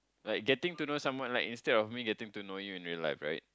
like getting to know someone like instead of me getting to know you in real life right